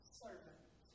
servant